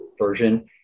version